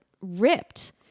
ripped